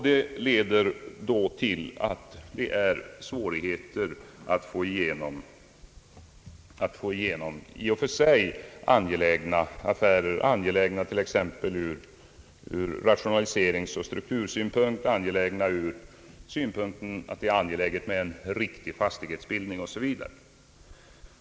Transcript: Det leder då till att det blir svårigheter att genomföra i och för sig angelägna affärer, t.ex. ur rationaliseringsoch struktursynpunkt samt ur synpunkten att det är angeläget med en riktig fastighetsbildning.